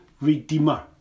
redeemer